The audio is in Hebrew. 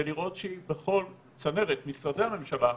ולראות שהיא בכל צנרת משרדי הממשלה,